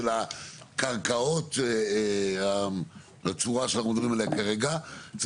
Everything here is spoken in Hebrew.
הקרקעות בצורה שאנחנו מדברים עליהם כרגע,